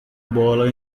bola